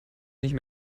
nicht